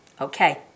okay